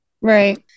Right